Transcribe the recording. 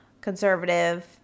conservative